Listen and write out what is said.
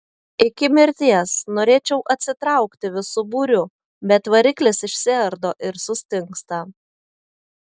iki mirties norėčiau atsitraukti visu būriu bet variklis išsiardo ir sustingsta